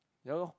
ya lor